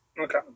Okay